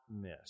miss